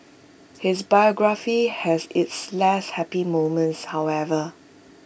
his biography has its less happy moments however